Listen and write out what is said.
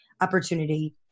opportunity